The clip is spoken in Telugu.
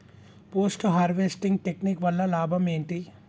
పోస్ట్ హార్వెస్టింగ్ టెక్నిక్ వల్ల లాభం ఏంటి?